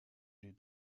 est